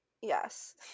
Yes